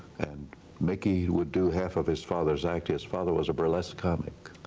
and mickey would do half of his father's act. his father was a burlesque comic,